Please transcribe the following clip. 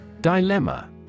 Dilemma